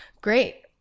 Great